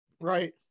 Right